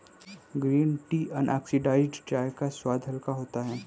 green tea unoxidised चाय है इसका स्वाद हल्का होता है